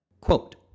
Quote